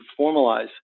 formalize